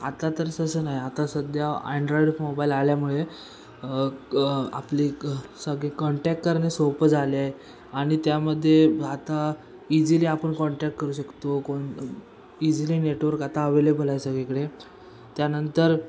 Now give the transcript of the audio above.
आता तर तसं नाही आता सध्या अँड्रॉईड मोबाईल आल्यामुळे क आपली सगळे कॉन्टॅक्ट करणे सोपं झाले आहे आणि त्यामध्ये आता इझिली आपण कॉन्टॅक्ट करू शकतो कोण इझिली नेटवर्क आता अवेलेबल आहे सगळीकडे त्यानंतर